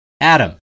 Adam